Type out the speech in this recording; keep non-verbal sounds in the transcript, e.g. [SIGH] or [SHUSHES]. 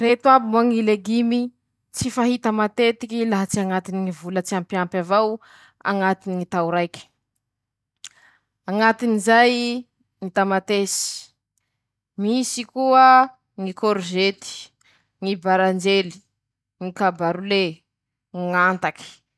Misy tokoa moa ñy sakafo vetsevetsetsika fa mahasoa ñy fijeri-tsika :manahaky anizay ñy fihinanan-tsika ñy karôty, ñy fihinanan-tsika fia, manahaky ñy saridiny ñy salmon ñy makro ;ñy fihinanan-tsika spinatsy [SHUSHES] noho ñy traka maitso.